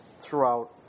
throughout